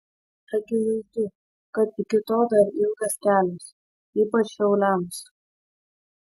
akivaizdu kad iki to dar ilgas kelias ypač šiauliams